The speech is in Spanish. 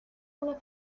una